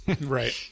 Right